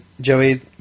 Joey